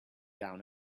down